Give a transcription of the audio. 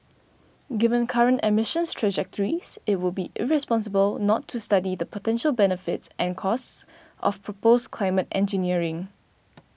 given current emissions trajectories it would be irresponsible not to study the potential benefits and costs of proposed climate engineering